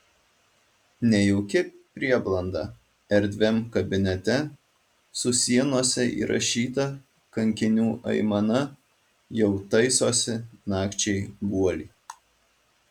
nejauki prieblanda erdviam kabinete su sienose įrašyta kankinių aimana jau taisosi nakčiai guolį